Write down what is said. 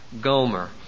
Gomer